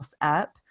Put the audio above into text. up